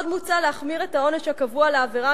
עוד מוצע להחמיר את העונש הקבוע לעבירה